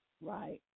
Right